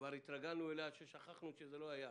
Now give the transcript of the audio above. כבר התרגלנו אליה, ושכחנו שזה לא היה.